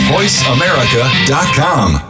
VoiceAmerica.com